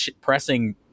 pressing